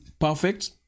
perfect